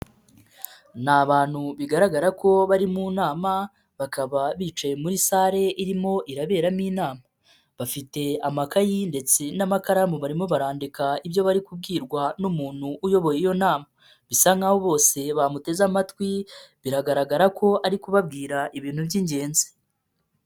Ni abantu bigaragara ko bari mu nama, bakaba bicaye muri sale irimo irabera mo inama, bafite amakayi ndetse n'amakaramu barimo barandika ibyo bari kubwirwa n'umuntu uyobora iyo nama, bisa nkaho bose bamuteze amatwi, biragaragara ko ari kubabwira ibintu by'ingenzi.